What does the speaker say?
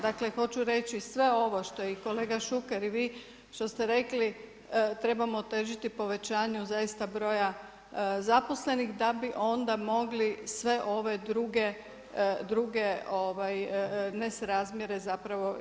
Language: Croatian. Dakle, hoću reći sve ovo što je i kolega Šuker i vi što ste rekli trebamo težiti povećanju zaista broja zaposlenih, da bi onda mogli sve ove druge nesrazmjere zapravo ispraviti.